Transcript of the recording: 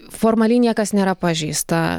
formaliai niekas nėra pažeista